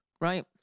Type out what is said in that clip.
right